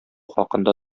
хакында